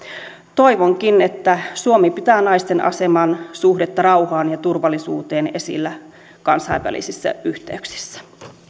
toivonkin että suomi pitää naisten aseman suhdetta rauhaan ja turvallisuuteen esillä kansainvälisissä yhteyksissä